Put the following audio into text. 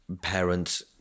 parents